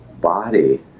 body